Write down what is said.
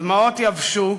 הדמעות יבשו,